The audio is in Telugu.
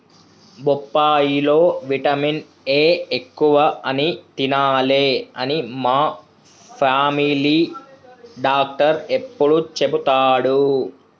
బొప్పాయి లో విటమిన్ ఏ ఎక్కువ అని తినాలే అని మా ఫామిలీ డాక్టర్ ఎప్పుడు చెపుతాడు